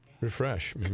Refresh